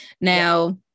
Now